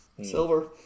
Silver